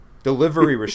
Delivery